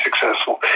successful